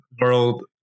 world